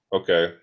Okay